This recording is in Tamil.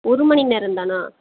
ஒரு மணி நேரந்தானா